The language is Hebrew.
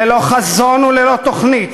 ללא חזון וללא תוכנית,